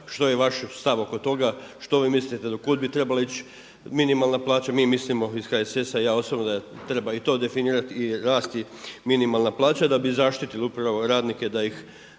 što je vaš stav oko toga, što vi mislite do kud bi trebali ić minimalna plaća? Mi mislimo iz HSS-a i ja osobno da treba i to definirati i rasti minimalna plaća da bi zaštitili upravo radnike da ih